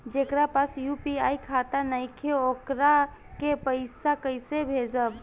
जेकरा पास यू.पी.आई खाता नाईखे वोकरा के पईसा कईसे भेजब?